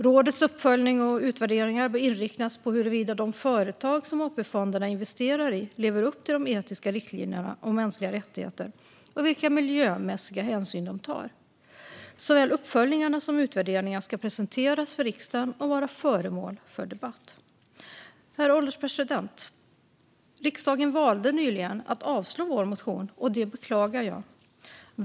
Rådets uppföljning och utvärderingar bör inriktas på huruvida de företag som AP-fonderna investerar i lever upp till de etiska riktlinjerna om mänskliga rättigheter och vilka miljömässiga hänsyn de tar. Såväl uppföljningarna som utvärderingarna ska presenteras för riksdagen och vara föremål för debatt. Herr ålderspresident! Riksdagen har valt att avslå vår motion, och det beklagar jag.